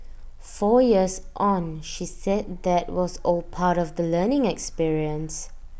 four years on she said that was all part of the learning experience